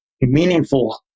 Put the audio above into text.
meaningful